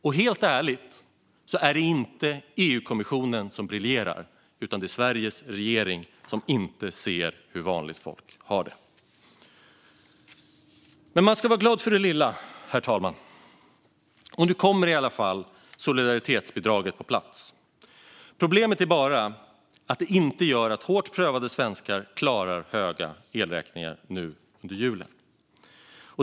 Och helt ärligt är det inte EU-kommissionen som briljerar, utan det är Sveriges regering som inte ser hur vanligt folk har det. Men man ska vara glad för det lilla, herr talman. Nu kommer i alla fall solidaritetsbidraget på plats. Problemet är bara att det inte gör att hårt prövade svenskar klarar höga elräkningar nu under julen.